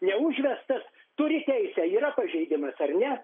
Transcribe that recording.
neužvestas turi teisę yra pažeidimas ar ne